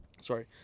Sorry